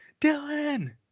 Dylan